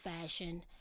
fashion